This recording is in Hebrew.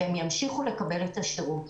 והם ימשיכו לקבל את השירות.